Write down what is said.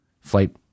flight